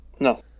No